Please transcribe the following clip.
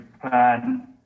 Plan